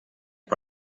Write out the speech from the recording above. per